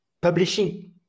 publishing